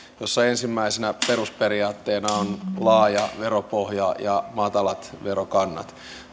jossa ensimmäisenä perusperiaatteena on laaja veropohja ja matalat verokannat